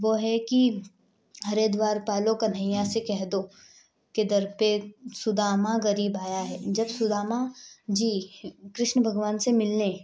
वो है कि अरे द्वारपालों कन्हैया से कह दो कि दर पर सुदामा गरीब आया है जब सुदामा जी कृष्ण भगवान से मिलने